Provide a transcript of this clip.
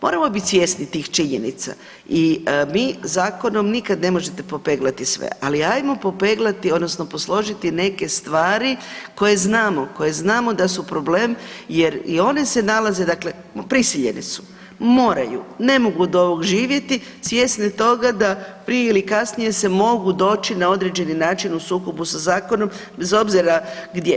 Moramo biti svjesni tih činjenica i mi zakonom nikada ne možete popeglati sve, ali ajmo popeglati odnosno posložiti neke stvari koje znamo, koje znamo da su problem jer i one se nalaze dakle prisiljeni su, moraju, ne mogu od ovog živjet svjesni toga da prije ili kasnije se mogu doći na određeni način u sukobu sa zakonom bez obzira gdje.